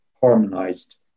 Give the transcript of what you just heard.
harmonized